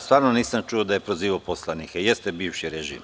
Stvarno nisam čuo da je prozivao poslanike, ali jeste bivši režim.